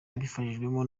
abifashijwemo